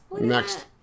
Next